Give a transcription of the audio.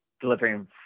delivering